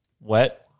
wet